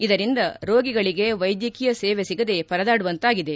ಇದರಿಂದ ರೋಗಿಗಳಗೆ ವೈದ್ಯಕೀಯ ಸೇವೆ ಸಿಗದೆ ಪರದಾಡುವಂತಾಗಿದೆ